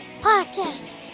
Podcast